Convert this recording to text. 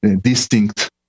distinct